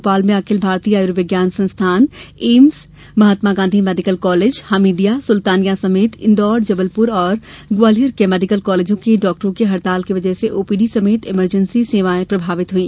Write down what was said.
भोपाल में अखिल भारतीय आर्यविज्ञान संस्थान AIIMS Mahatma Gandhi medical college Hamidia Sultania समेत इंदौर जबलपुर और ग्वालियर के मेडिकल कॉलेजों के डॉक्टरों की हड़ताल की वजह से ओपीडी समेत इमर्जेसी सेवाएं प्रभावित हुई